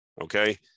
Okay